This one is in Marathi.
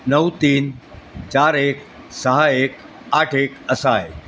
नऊ तीन चार एक सहा एक आठ एक असा आहे